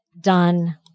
done